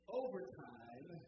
overtime